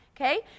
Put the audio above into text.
Okay